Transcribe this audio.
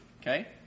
Okay